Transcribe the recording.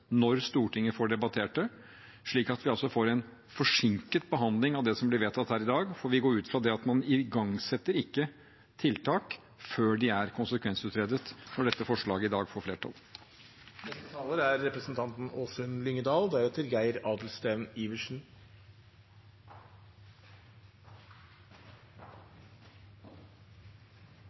når Stortinget får debattere det, slik at vi får en forsinket behandling av det som blir vedtatt her i dag. Vi går ut ifra at man ikke igangsetter tiltak før de er konsekvensutredet, når dette forslaget i dag får flertall.